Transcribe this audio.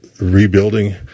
rebuilding